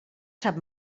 sap